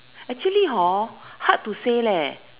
actually hor hard to say leh